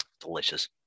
delicious